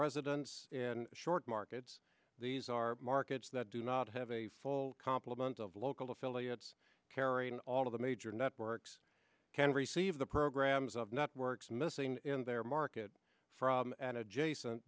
residents in short markets these are markets that do not have a full complement of local affiliates carrying all of the major networks can receive the programs of networks missing in their market from an adjacent